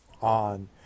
on